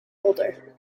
older